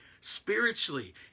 spiritually